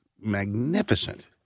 magnificent